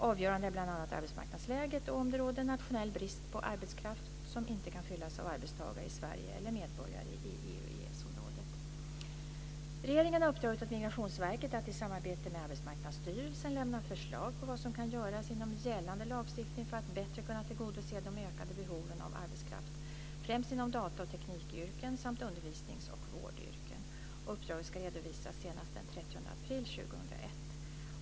Avgörande är bl.a. arbetsmarknadsläget och om det råder nationell brist på arbetskraft som inte kan fyllas av arbetstagare i Sverige eller medborgare i Regeringen har uppdragit åt Migrationsverket att i samarbete med Arbetsmarknadsstyrelsen lämna förslag på vad som kan göras inom gällande lagstiftning för att bättre kunna tillgodose de ökade behoven av arbetskraft, främst inom data och teknikyrken samt undervisnings och vårdyrken. Uppdraget ska redovisas senast den 30 april 2001.